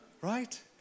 Right